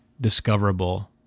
discoverable